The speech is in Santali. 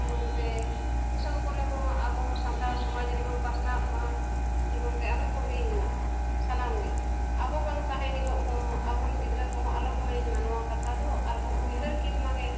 ᱡᱤᱵᱚᱱ ᱛᱮ ᱫᱤᱥᱚᱢ ᱠᱚᱨᱮ ᱦᱚᱸ ᱟᱵᱚ ᱥᱟᱱᱛᱟᱲ ᱥᱚᱢᱟᱡᱽ ᱨᱮᱦᱚᱸ ᱯᱟᱥᱱᱟᱜ ᱢᱟ ᱡᱮᱢᱚᱱ ᱛᱮ ᱟᱞᱚ ᱠᱚ ᱦᱤᱲᱤᱧ ᱢᱟ ᱥᱟᱱᱟᱢ ᱜᱮ ᱟᱵᱚ ᱵᱟᱝ ᱛᱟᱦᱮᱸ ᱦᱤᱞᱳᱜ ᱦᱚᱸ ᱟᱵᱚᱨᱮᱱ ᱜᱤᱫᱽᱨᱟᱹ ᱠᱚᱦᱚᱸ ᱟᱞᱚ ᱠᱚ ᱦᱤᱲᱤᱧ ᱢᱟ ᱱᱚᱣᱟ ᱠᱟᱛᱷᱟ ᱫᱚ ᱟᱨᱠᱚ ᱩᱭᱦᱟᱹᱨ ᱠᱤᱱ ᱢᱟᱜᱮ